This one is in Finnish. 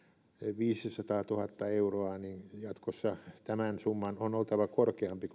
viisisataatuhatta euroa jatkossa tämän summan on oltava korkeampi